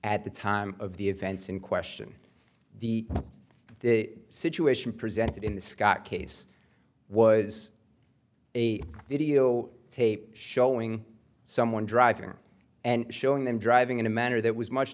at the time of the events in question the situation presented in the scott case was a video tape showing someone driving and showing them driving in a manner that was much